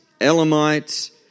Elamites